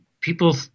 people